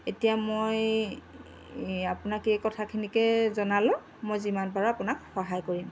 এতিয়া মই আপোনাক এই কথাখিনিকে জনালোঁ মই যিমান পাৰো আপোনাক সহায় কৰিম